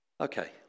Okay